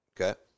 Okay